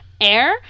air